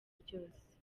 ryose